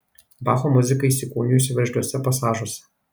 bacho muzika įsikūnijusi veržliuose pasažuose